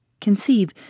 Conceive